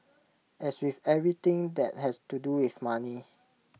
as with everything that has to do with money